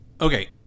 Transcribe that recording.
Okay